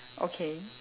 okay